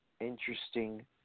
Interesting